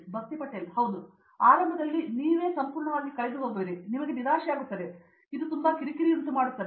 ಭಕ್ತಿ ಪಟೇಲ್ ಹೌದು ಹೌದು ಆರಂಭದಲ್ಲಿ ನೀವೇ ಸಂಪೂರ್ಣವಾಗಿ ಕಳೆದುಹೋಗುವಿರಿ ನಿನಗೆ ನಿರಾಶೆಯಾಗುತ್ತದೆ ಮತ್ತು ನೀವು ತುಂಬಾ ಕಿರಿಕಿರಿಯುಂಟುಮಾಡುತ್ತೀರಿ